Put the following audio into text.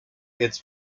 its